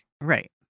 Right